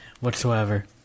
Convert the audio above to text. whatsoever